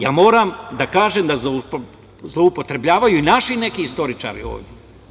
Ja moram da kažem da zloupotrebljavaju i naši neki istoričari ovde.